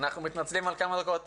אני מתכבד לפתוח את